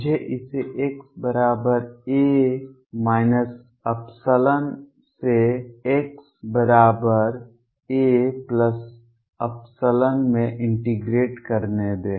मुझे इसे xa ϵ से xaϵ में इंटीग्रेट करने दें